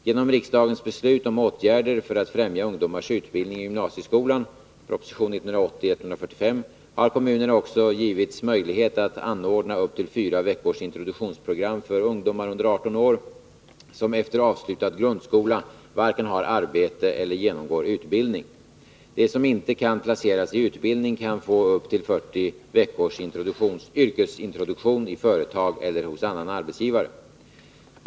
Genom riksdagens beslut om åtgärder för att främja ungdomars utbildning i gymnasieskolan har kommunerna också givits möjlighet att anordna upp till fyra veckors introduktionsprogram för ungdomar under 18 år som efter avslutad grundskola varken har arbete eller genomgår utbildning. De som inte kan placeras i utbildning kan få upp till 40 veckors yrkesintroduktion i företag eller hos annan arbetsgivare.